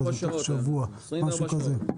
24 שעות.